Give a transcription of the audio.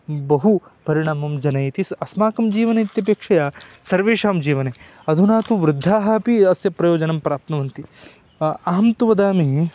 बहु परिणामं जनयति सः अस्माकं जीवने इत्यपेक्षया सर्वेषां जीवने अधुना तु वृद्धाः अपि अस्य प्रयोजनं प्राप्नुवन्ति अहं तु वदामि